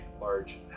large